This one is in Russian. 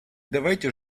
давайте